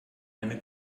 eine